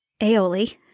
aioli